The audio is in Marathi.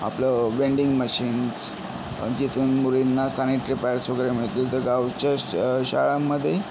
आपलं वेंडिंग मशीन्स जिथून मुलींना सॅनिटरी पॅड्स वगैरे मिळतील तर गावच्या श शाळांमधे